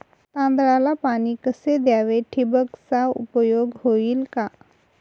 तांदळाला पाणी कसे द्यावे? ठिबकचा उपयोग होईल का?